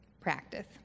practice